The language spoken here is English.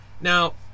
now